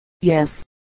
Yes